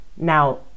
Now